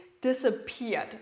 disappeared